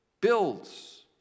builds